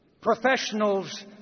professionals